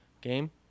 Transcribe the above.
game